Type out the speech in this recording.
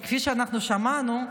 כי כפי שאנחנו שמענו,